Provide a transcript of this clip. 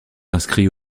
inscrits